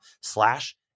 slash